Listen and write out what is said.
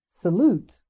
salute